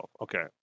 Okay